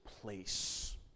place